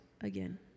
again